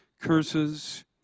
curses